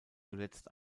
zuletzt